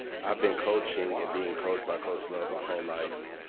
i've been coaching and being coached by coach love my whole life.